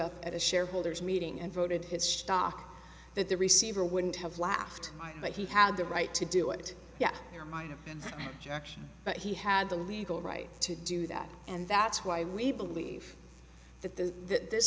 up at a shareholders meeting and voted his stock that the receiver wouldn't have laughed but he had the right to do it yet there might have been jackson but he had the legal right to do that and that's why we believe that the that this